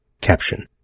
Caption